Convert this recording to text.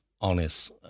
honest